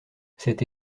cette